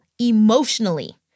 emotionally